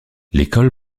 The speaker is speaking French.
l’école